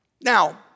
Now